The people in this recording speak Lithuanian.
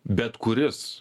bet kuris